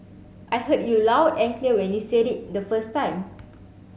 I heard you loud and clear when you said it the first time